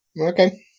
Okay